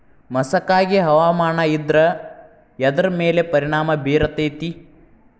ಮಸಕಾಗಿ ಹವಾಮಾನ ಇದ್ರ ಎದ್ರ ಮೇಲೆ ಪರಿಣಾಮ ಬಿರತೇತಿ?